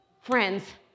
friends